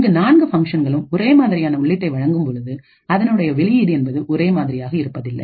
இந்த நான்கு ஃபங்க்ஷன்கலுக்கும் ஒரே மாதிரியான உள்ளீட்டை வழங்கும் பொழுது அதனுடைய வெளியீடு என்பது ஒரே மாதிரியாக இருப்பதில்லை